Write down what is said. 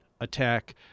attack